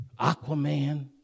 Aquaman